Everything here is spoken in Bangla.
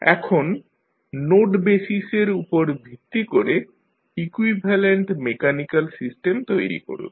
এখন নোড বেসিসের উপর ভিত্তি করে ইকুইভ্যালেন্ট মেকানিক্যাল সিস্টেম তৈরী করুন